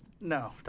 No